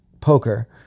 poker